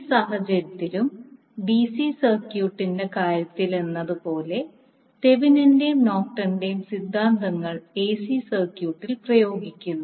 ഈ സാഹചര്യത്തിലും ഡിസി സർക്യൂട്ടിന്റെ കാര്യത്തിലെന്നപോലെ തെവെനിന്റെയുംThevinin's നോർട്ടന്റെയും Norton's സിദ്ധാന്തങ്ങൾ എസി സർക്യൂട്ടിൽ പ്രയോഗിക്കുന്നു